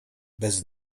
bez